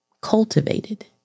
cultivated